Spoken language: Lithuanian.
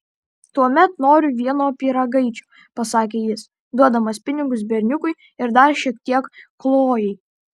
tuomet noriu vieno pyragaičio pasakė jis duodamas pinigus berniukui ir dar šiek tiek chlojei